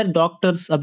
doctors